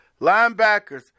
Linebackers